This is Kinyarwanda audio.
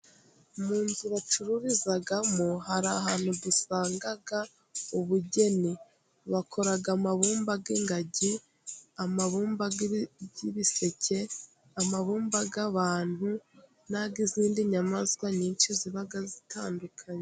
Mu nzu bacururizamo hari ahantu dusanga ubugeni, bakora amabumba y'ingagi amabumba y'ibiseke amabumba y'abantu, nay'izindi nyamaswa nyinshi zibaga zitandukanye.